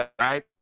right